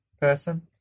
person